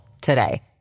today